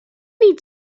need